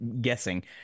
guessing